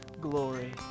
glory